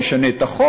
נשנה את החוק.